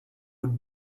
would